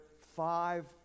five